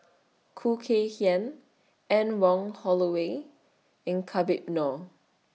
Khoo Kay Hian Anne Wong Holloway and Habib Noh